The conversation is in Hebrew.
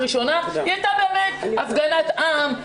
היא באמת הייתה הפגנת עם,